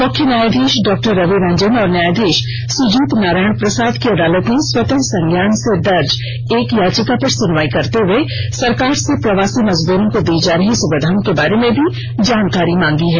मुख्य न्यायधीश डॉ रवि रंजन और न्यायधीश सुजीत नारायण प्रसाद की अदालत ने स्वतः संज्ञान से दर्ज एक याचिका पर सुनवाई करते हुए सरकार से प्रवासी मजदूरों को दी जा रही सुविधाओं के बारे में भी जानकारी मांगी है